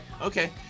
okay